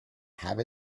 have